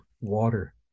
water